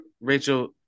Rachel